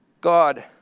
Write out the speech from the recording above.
God